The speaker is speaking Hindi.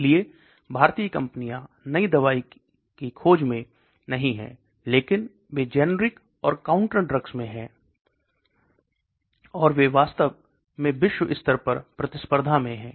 इसलिए भारतीय कंपनियां नई दवा की खोजमें नहीं हैं लेकिन वे जेनरिक और काउंटर ड्रग्स में हैं और वे वास्तव में विश्व स्तर पर प्रतिस्पर्धा में हैं